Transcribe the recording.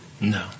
No